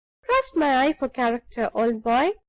trust my eye for character, old boy,